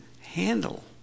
handle